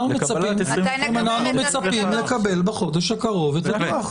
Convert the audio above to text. אנחנו מצפים לקבל בחודש הקרוב את הדוח.